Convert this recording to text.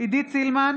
עידית סילמן,